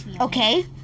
Okay